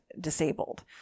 disabled